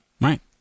right